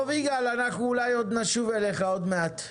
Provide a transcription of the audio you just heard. טוב, יגאל, אולי נשוב אליך עוד מעט.